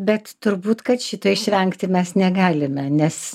bet turbūt kad šito išvengti mes negalime nes